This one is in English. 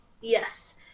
Yes